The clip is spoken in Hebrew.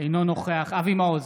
אינו נוכח אבי מעוז,